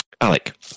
Alec